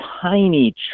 tiny